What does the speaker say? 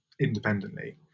independently